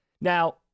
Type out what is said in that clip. now